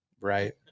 right